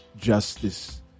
Justice